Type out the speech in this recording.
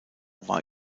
war